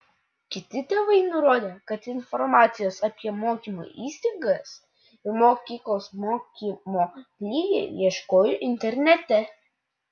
kiti tėvai nurodė kad informacijos apie mokymo įstaigas ir mokyklos mokymo lygį ieškojo internete